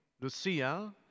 Lucia